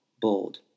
bold